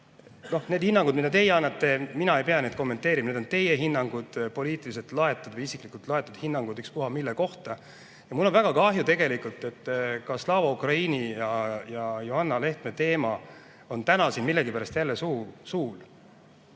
need hinnangud, mida teie annate, mina ei pea neid kommenteerima, need on teie hinnangud poliitiliselt laetud või isiklikult laetud hinnangud ükspuha, mille kohta. Mul on väga kahju tegelikult, et ka Slava Ukraini ja Johanna Lehtme teema on täna siin millegipärast jälle suul.